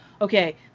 okay